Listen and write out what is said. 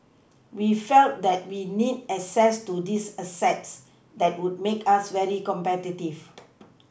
we felt that we needed access to these assets that would make us very competitive